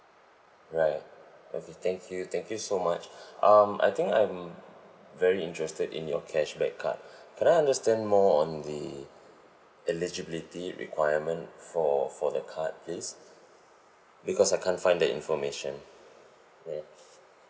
right okay thank you thank you so much um I think I'm very interested in your cashback card can I understand more on the eligibility requirement for for the card please because I can't find that information ya